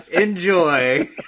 enjoy